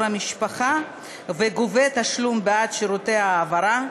המשפחה וגובה תשלום בעד שירות ההעברה,